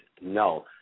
no